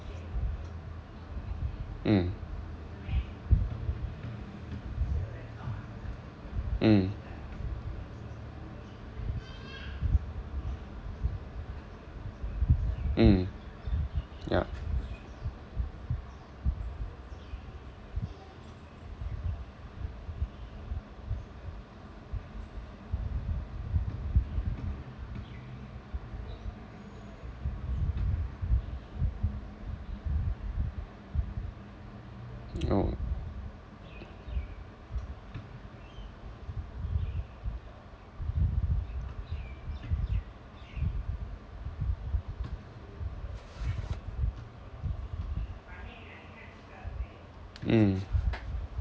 mm mm mm ya oh mm